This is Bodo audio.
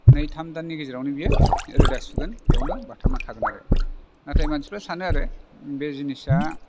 नै थाम दाननि गेजेरावनो बियो रोदा सुगोन बेयावनो बाथाबना थागोन आरो नाथाय मानसिफ्रा सानो आरो बे जिनिसा